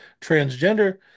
transgender